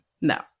no